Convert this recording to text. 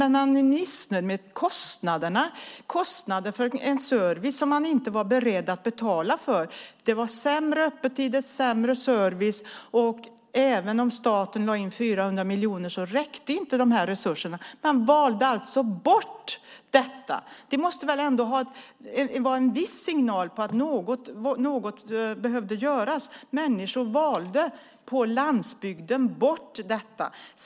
Men man är missnöjd med kostnaderna - kostnader för en service som man inte var beredd att betala för. Det var sämre öppettider och sämre service. Även om staten lade in 400 miljoner räckte inte resurserna. Man valde alltså bort detta. Det måste väl ändå vara en viss signal om att något behövde göras? Människor på landsbygden valde bort detta.